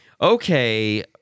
Okay